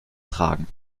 tragen